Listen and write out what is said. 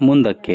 ಮುಂದಕ್ಕೆ